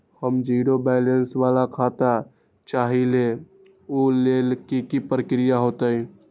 हम zero balance वाला खाता चाहइले वो लेल की की प्रक्रिया होतई?